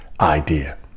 idea